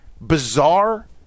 bizarre